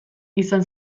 izan